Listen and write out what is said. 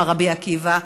אמר רבי עקיבא.